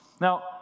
now